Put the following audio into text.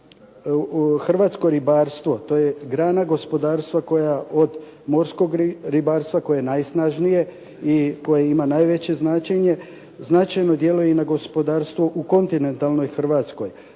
hrvatsko ribarstvo, to je grana gospodarstva, koja od morskog ribarstva koje je najsnažnije i koje ima najveće značenje značajno djeluje i na gospodarstvo u kontinentalnoj Hrvatskoj,